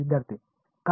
विद्यार्थी काय असेल